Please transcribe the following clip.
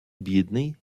бідний